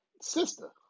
sister